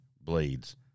Blades